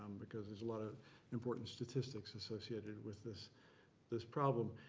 because there's a lot of important statistics associated with this this problem.